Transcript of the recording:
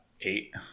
Eight